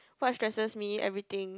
what stresses me everything